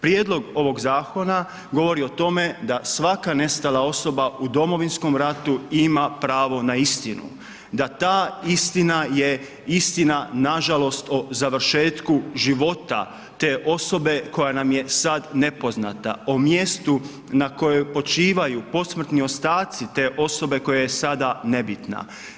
Prijedlog ovog zakona govori o tome da svaka nestala osoba u Domovinskom ratu ima pravo na istinu, da ta istina je istina nažalost o završetku života te osobe koja nam je sad nepoznata, o mjestu na kojem počivaju posmrtni ostaci te osobe koja je sada nebitna.